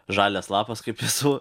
žalias lapas kaip esu